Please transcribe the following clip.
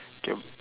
okay